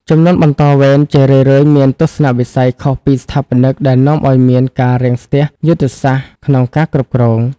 ជំនាន់បន្តវេនជារឿយៗមានទស្សនវិស័យខុសពីស្ថាបនិក ដែលនាំឱ្យមាន "ការរាំងស្ទះយុទ្ធសាស្ត្រ" ក្នុងការគ្រប់គ្រង។